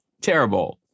terrible